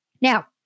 Now